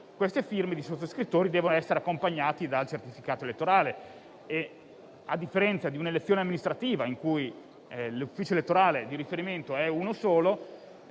- le firme dei sottoscrittori devono essere accompagnate dal certificato elettorale. A differenza di un'elezione amministrativa in cui l'ufficio elettorale di riferimento è uno solo,